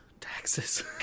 Taxes